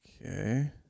Okay